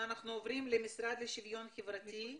אנחנו עוברים למשרד לשוויון חברתי.